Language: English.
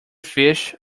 fish